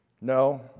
No